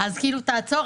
אז כאילו תעצור,